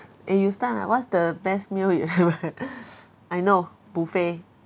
eh you start lah what's the best meal you ever had I know buffet